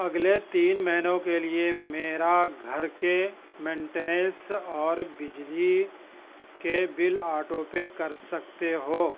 اگلے تین مہینوں کے لیے میرا گھر کے مینٹینیس اور بجلی کے بل آٹو پے کر سکتے ہو